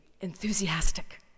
enthusiastic